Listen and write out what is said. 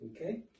Okay